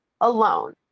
alone